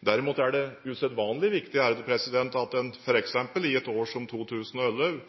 Derimot er det usedvanlig viktig at en f.eks. i et år som